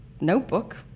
notebook